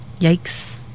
Yikes